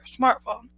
smartphone